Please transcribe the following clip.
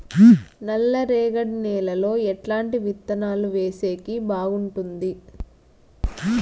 నల్లరేగడి నేలలో ఎట్లాంటి విత్తనాలు వేసేకి బాగుంటుంది?